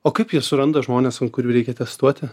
o kaip jie suranda žmones kurių reikia testuoti